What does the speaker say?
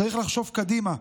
צריך לחשוב קדימה.